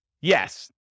Yes